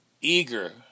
eager